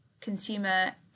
consumer